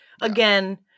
again –